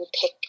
pick